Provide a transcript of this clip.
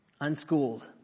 Unschooled